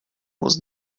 was